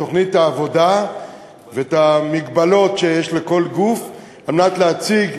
תוכנית העבודה ואת המגבלות שיש לכל גוף על מנת להציג.